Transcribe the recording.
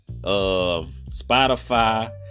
spotify